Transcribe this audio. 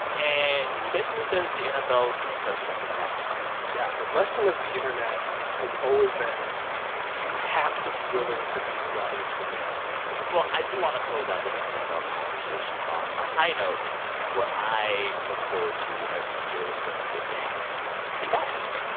and he basically says the nfl needs to start doing some of that yeah. the lesson of the internet has always been you have to be willing to meet the audience where they are well, i do want to close out this nfl conversation on a high note and what i look forward to every year during the big game the ads.